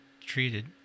treated